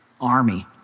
army